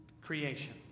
creation